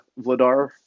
Vladar